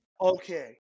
Okay